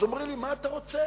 אז אומרים לי: מה אתה רוצה,